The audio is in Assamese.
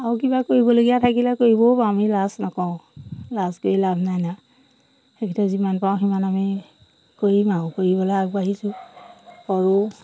আৰু কিবা কৰিবলগীয়া থাকিলে কৰিবও পাৰো আমি লাজ নকওঁ লাজ কৰি লাভ নাই নহয় সেই খাটিৰত যিমান পাৰো সিমান আমি কৰিম আৰু কৰিবলৈ আগবাঢ়িছোঁ কৰোঁ